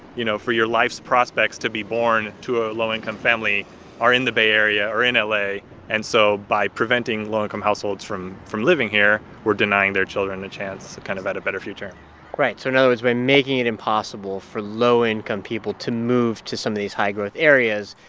you know, for your life's prospects to be born to a low-income family are in the bay area or in la. and and so by preventing low-income households from from living here, we're denying their children a chance kind of at a better future right. so in other words, by making it impossible for low-income people to move to some of these high-growth areas,